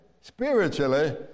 spiritually